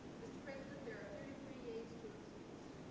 mr. president there are thirty three days to excused